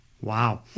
Wow